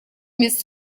miss